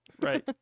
Right